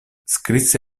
scrisse